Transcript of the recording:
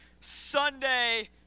Sunday